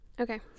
Okay